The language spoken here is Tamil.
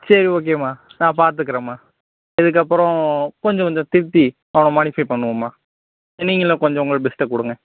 சரி ஓகேம்மா நான் பாத்துக்கிறேம்மா இதுக்கப்புறம் கொஞ்சம் கொஞ்சம் திருத்தி அவனை மாடிஃபை பண்ணுவோம்மா நீங்களும் கொஞ்சம் உங்களோட பெஸ்ட்டை கொடுங்க